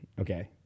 Okay